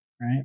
Right